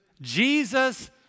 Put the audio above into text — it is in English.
Jesus